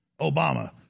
Obama